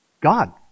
God